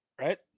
right